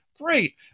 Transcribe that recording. great